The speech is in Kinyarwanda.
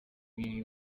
umuntu